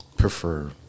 prefer